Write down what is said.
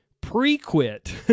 pre-quit